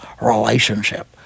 relationship